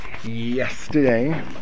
Yesterday